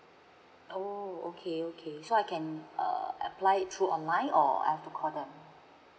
oh okay okay so I can err apply through online or I have to call them